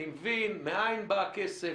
אני מבין מאין בא הכסף,